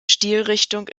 stilrichtung